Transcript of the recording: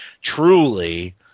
truly –